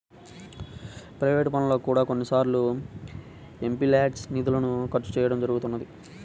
private పనులకు కూడా కొన్నిసార్లు ఎంపీల్యాడ్స్ నిధులను ఖర్చు చేయడం జరుగుతున్నది